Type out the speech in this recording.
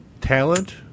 talent